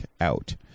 out